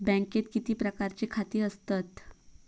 बँकेत किती प्रकारची खाती असतत?